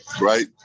Right